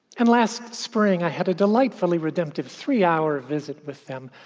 and last spring, i had a delightfully redemptive three-hour visit with them.